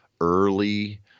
early